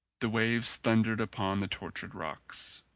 the waves thundered upon the tortured rocks.